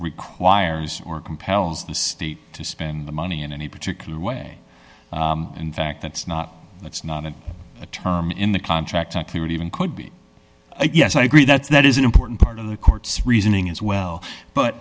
requires or compels the state to spend the money in any particular way and fact that's not that's not a term in the contract that even could be yes i agree that that is an important part of the court's reasoning as well but